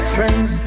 Friends